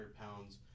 pounds